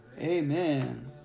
Amen